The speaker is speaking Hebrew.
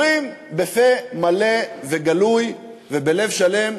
אומרים בפה מלא וגלוי ובלב שלם: